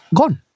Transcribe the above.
gone